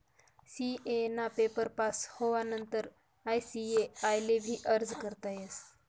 CA ना paper pass होवानंतर ICAI ले भी अर्ज करता येस